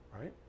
right